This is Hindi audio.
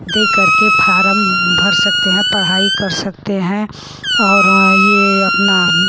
दे करके फारम भर सकते हैं पढ़ाई कर सकते हैं और वह यह अपना